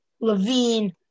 Levine